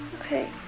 Okay